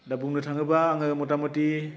दा बुंनो थाङोबा आङो मुथा मुथि